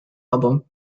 album